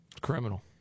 Criminal